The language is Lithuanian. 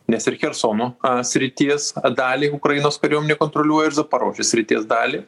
nes ir chersono srities dalį ukrainos kariuomenė kontroliuoja ir zaporožės srities dalį